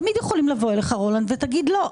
תמיד יכולים לבוא אליך רולנד ותגיד לא.